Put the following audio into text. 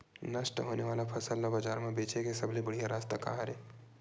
नष्ट होने वाला फसल ला बाजार मा बेचे के सबले बढ़िया रास्ता का हरे?